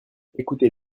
écoutez